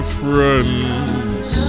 friends